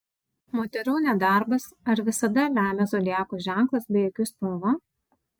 moterų nedarbas ar visada lemia zodiako ženklas bei akių spalva